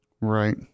Right